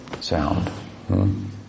sound